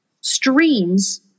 streams